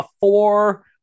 four